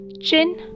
chin